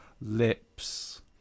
lips